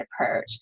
approach